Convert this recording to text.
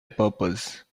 purpose